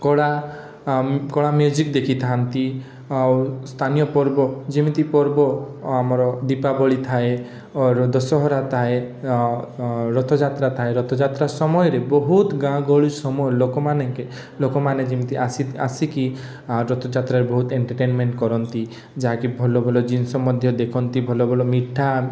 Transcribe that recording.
କଳା କଳା ମ୍ୟଜିକ୍ ଦେଖିଥାନ୍ତି ଆଉ ସ୍ଥାନୀୟ ପର୍ବ ଯେମିତି ପର୍ବ ଆମର ଦୀପାବଳି ଥାଏ ଅର ଦଶହରା ଥାଏ ରଥଯାତ୍ରା ଥାଏ ରଥଯାତ୍ରା ସମୟରେ ବହୁତ ଗାଁ ଗହଳି ସମ ଲୋକମାନେଙ୍କେ ଲୋକମାନେ ଯେମିତି ଆସି ଆସିକି ରଥଯାତ୍ରାରେ ବହୁତ ଏଣ୍ଟେଟେନମେଣ୍ଟ କରନ୍ତି ଯାହା କି ଭଲ ଜିନଷ ମଧ୍ୟ ଦେଖନ୍ତି ଭଲ ଭଲ ମିଠା